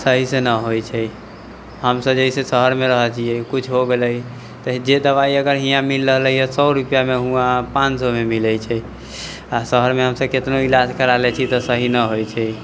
सही से नहि होइ छै हम सब जैसे शहरमे रहऽ छियै कुछ हो गेलै तऽ जे दबाइ अगर हियाँ मिल रहलैय सए रुपैआमे हुवां पान सएमे मिलै छै आओर शहरमे हमसब केतनो इलाज करा लै छी तऽ सही नहि होइ छै